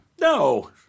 No